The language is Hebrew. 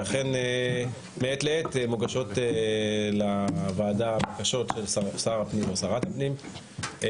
ואכן מעת לעת מוגשות לוועדה בקשות של שר הפנים או שרת הפנים בעקבות